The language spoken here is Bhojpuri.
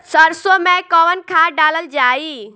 सरसो मैं कवन खाद डालल जाई?